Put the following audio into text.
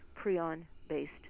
prion-based